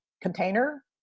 Container